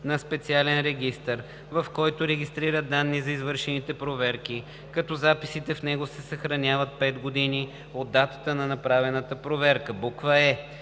на специален регистър, в който регистрират данни за извършените проверки, като записите в него се съхраняват пет години от датата на направена проверка.“; е)